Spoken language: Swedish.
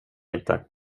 inte